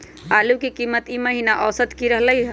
आलू के कीमत ई महिना औसत की रहलई ह?